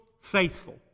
faithful